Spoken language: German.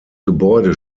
gebäude